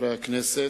הכנסת,